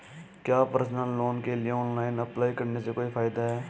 क्या personal loan के लिए ऑनलाइन अप्लाई करने से कोई फायदा है?